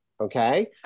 Okay